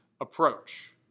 approach